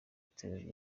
itorero